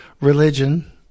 religion